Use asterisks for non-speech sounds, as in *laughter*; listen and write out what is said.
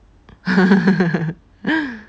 *laughs*